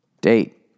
Date